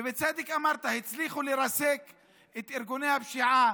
ובצדק אמרת, הצליחו לרסק את ארגוני הפשיעה